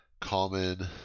common